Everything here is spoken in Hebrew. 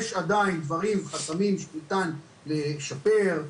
יש עדיין דברים וחסמים שניתן לשפר,